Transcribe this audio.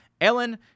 Ellen